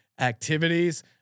activities